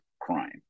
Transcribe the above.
crime